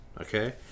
Okay